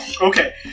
Okay